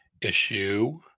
issue